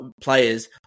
players